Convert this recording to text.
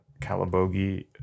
Calabogie